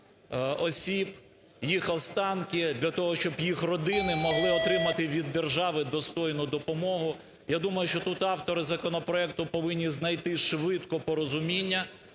осіб, їх останки, для того, щоб їх родини могли отримати від держави достойну допомогу. Я думаю, що тут автори законопроекту повинні знайти швидко порозуміння.